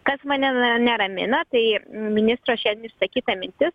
kas mane ne neramina tai ministro šiandien išsakyta mintis